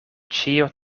ĉio